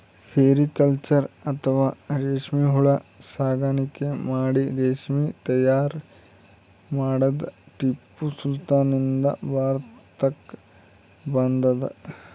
sericulture ಅಥವಾ ರೇಶ್ಮಿ ಹುಳ ಸಾಕಾಣಿಕೆ ಮಾಡಿ ರೇಶ್ಮಿ ತೈಯಾರ್ ಮಾಡದ್ದ್ ಟಿಪ್ಪು ಸುಲ್ತಾನ್ ನಿಂದ್ ಭಾರತಕ್ಕ್ ಬಂದದ್